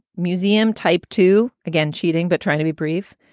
museum type two. again, cheating, but trying to be brief.